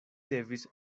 levis